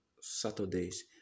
Saturdays